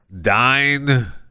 dine